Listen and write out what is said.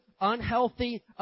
unhealthy